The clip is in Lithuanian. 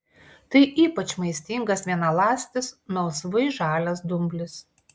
tai ypač maistingas vienaląstis melsvai žalias dumblis